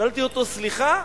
שאלתי אותו: סליחה,